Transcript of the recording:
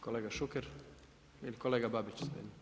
Kolega Šuker ili kolega Babić.